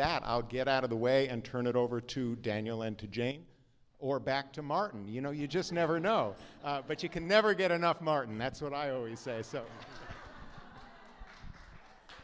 that i'll get out of the way and turn it over to daniel and to jane or back to martin you know you just never know but you can never get enough martin that's what i always say so